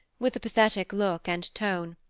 with a pathetic look and tone,